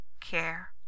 care